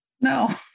No